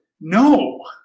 no